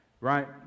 Right